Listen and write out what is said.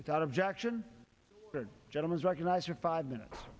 without objection the gentleman is recognized for five minutes